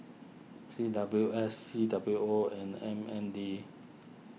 C W S C W O and M N D